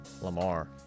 Lamar